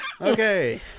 Okay